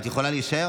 את יכולה להישאר,